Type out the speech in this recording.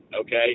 Okay